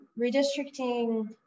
redistricting